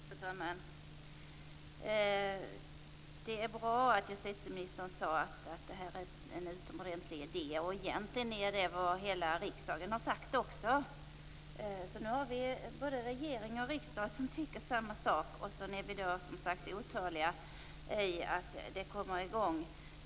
Fru talman! Det är bra att justitieministern sade att detta är en utomordentlig idé. Egentligen är det vad hela riksdagen också har sagt. Nu tycker både regering och riksdag samma sak, och vi är otåliga och vill se att arbetet kommer i gång.